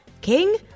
King